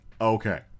Okay